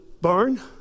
barn